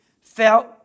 felt